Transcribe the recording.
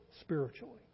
spiritually